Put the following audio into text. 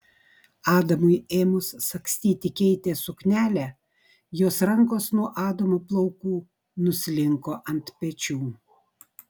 adamui ėmus sagstyti keitės suknelę jos rankos nuo adamo plaukų nuslinko ant pečių